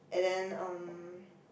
and then um